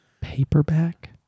Paperback